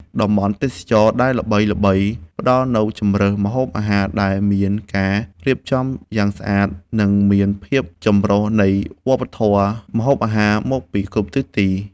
តំបន់ទេសចរណ៍ដែលល្បីៗ ផ្ដល់នូវជម្រើសម្ហូបអាហារដែលមានការរៀបចំយ៉ាងស្អាត និងមានភាពចម្រុះនៃវប្បធម៌ម្ហូបអាហារមកពីគ្រប់ទិសទី។